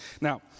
Now